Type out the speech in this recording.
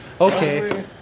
Okay